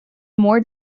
more